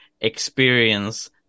experience